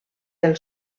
del